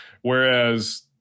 Whereas